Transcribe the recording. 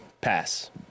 Pass